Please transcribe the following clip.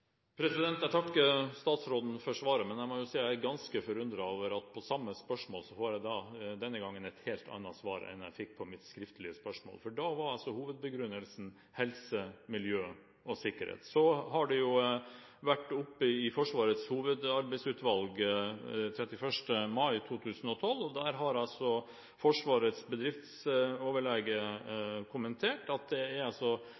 Jeg takker statsråden for svaret, men jeg må si jeg er ganske forundret over at jeg på samme spørsmål denne gangen får et helt annet svar enn jeg fikk på mitt skriftlige spørsmål. Da var hovedbegrunnelsen helse, miljø og sikkerhet. Så har det vært oppe i Forsvarets hovedarbeidsmiljøutvalg den 31. mai 2012, og der har Forsvarets bedriftsoverlege kommentert at det er helt minimale endringer som må gjøres for å tilfredsstille helse, miljø og sikkerhet. Det var altså